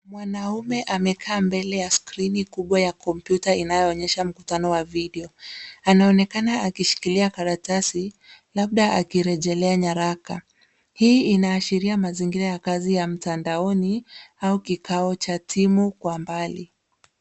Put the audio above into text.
Mwanaume amekaa mbele ya skrini kubwa ya kompyuta inayoonyesha mkutano wa video. Anaonekana akishikilia karatasi, labda akirejelea nyaraka. Hii inaashiria mazingira ya kazi ya mtandooni au kikao cha timu kwa mbali.